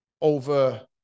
over